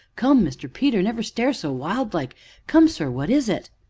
come, mr. peter, never stare so wild like come, sir, what is it?